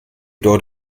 dort